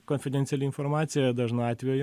konfidenciali informacija dažnu atveju